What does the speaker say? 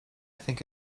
think